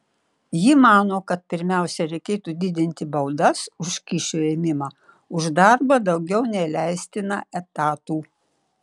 ji mano kad pirmiausia reikėtų didinti baudas už kyšių ėmimą už darbą daugiau nei leistina etatų